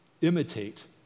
imitate